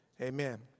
Amen